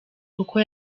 kuko